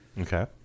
Okay